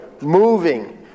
moving